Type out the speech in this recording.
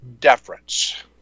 deference